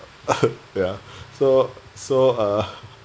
ya so so uh